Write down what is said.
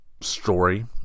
story